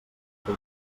que